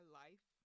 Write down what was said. life